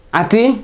ati